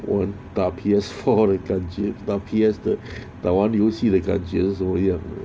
我打 P_S four 的感觉打 P_S 的打完游戏的感觉是什么样